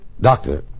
Doctor